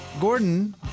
Gordon